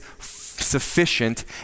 sufficient